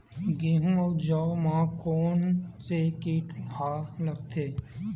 गेहूं अउ जौ मा कोन से कीट हा लगथे?